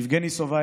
יבגני סובה,